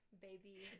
Baby